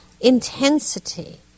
intensity